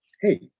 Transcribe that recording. Hey